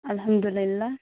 الحمداللہ